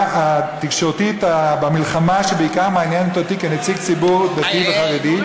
התקשורתית במלחמה שבעיקר מעניינת אותי כנציג ציבור דתי וחרדי,